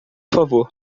favor